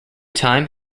time